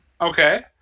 okay